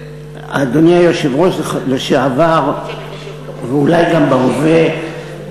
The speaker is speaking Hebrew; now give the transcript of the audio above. אדוני היושב-ראש לשעבר ואולי גם בהווה,